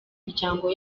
miryango